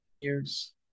years